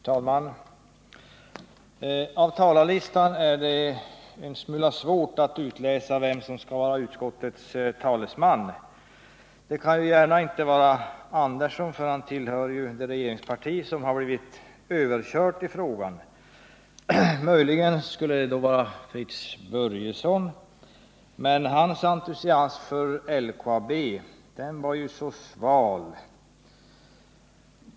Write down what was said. Herr talman! Av talarlistan är det en smula svårt att utläsa vem som är utskottets talesman. Det kan inte gärna vara Sven Andersson i Örebro, för han tillhör ju regeringspartiet som har blivit överkört i frågan. Möjligen kan det vara Fritz Börjesson, men hans entusiasm för LKAB var ju så sval.